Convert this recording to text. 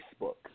Facebook